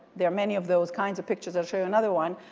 there are many of those kinds of pictures. i'll show you another one.